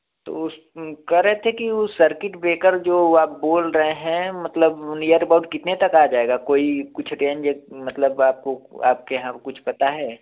तो उस कह रहे थे कि वो सर्किट ब्रेकर जो आप बोल रहे हैं मतलब नियर अबाउट कितने तक आ जाएगा कोई कुछ केंज मतलब आपको आपके यहाँ कुछ पता है